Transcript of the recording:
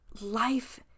life